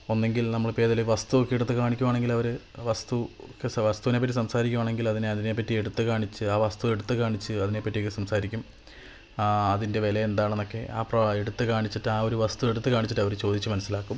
ഒന്നെങ്കില് നമ്മളിപ്പം ഏതേലും ഒരു വസ്തു എടുത്തുകാണിക്കുവാണെങ്കില് അവര് വസ്തു വസ്തുവിനെപ്പറ്റി സംസാരിക്കുവാണെങ്കിൽ അതിനെ അതിനെപ്പറ്റി എടുത്ത് കാണിച്ച് ആ വസ്തു എടുത്ത് കാണിച്ച് അതിനെപ്പറ്റിയൊക്കെ സംസാരിക്കും അതിന്റെ വില എന്താണെന്നൊക്കെ ആ പ്രൊ എടുത്ത് കാണിച്ചിട്ട് ആ ഒരു വസ്തു എടുത്ത് കാണിച്ചിട്ട് അവര് ചോദിച്ചു മനസ്സിലാക്കും